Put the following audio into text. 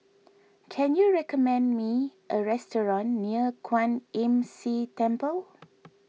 can you recommend me a restaurant near Kwan Imm See Temple